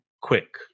quick